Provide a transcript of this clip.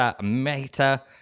Meta